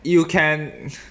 you can